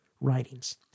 writings